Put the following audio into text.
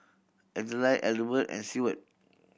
Adlai Adelbert and Seward